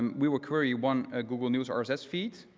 we will query one ah google news ah rss feed,